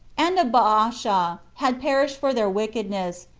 and of baasha, had perished for their wickedness,